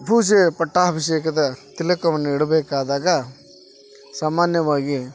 ಪೂಜೆ ಪಟ್ಟಾಭಿಷೇಕದ ತಿಲಕವನ್ನು ಇಡಬೇಕಾದಾಗ ಸಾಮಾನ್ಯವಾಗಿ